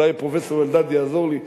אולי פרופסור אלדד יעזור לי,